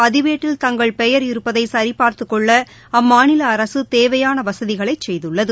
பதிவேட்டில் தங்கள் பெயர் இருப்பதை சிி பார்த்துக் கொள்ள அம்மாநில அரசு தேவையான வசதிகளை செய்துள்ளது